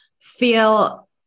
feel